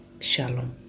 Shalom